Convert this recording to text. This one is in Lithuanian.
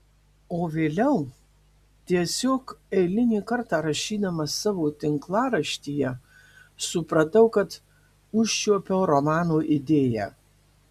o vėliau tiesiog eilinį kartą rašydamas savo tinklaraštyje supratau kad užčiuopiau romano idėją